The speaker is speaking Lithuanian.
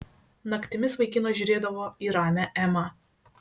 naktimis vaikinas žiūrėdavo į ramią emą